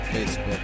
Facebook